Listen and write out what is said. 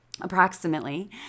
approximately